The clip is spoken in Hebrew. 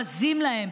בזים להם,